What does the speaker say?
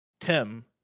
Tim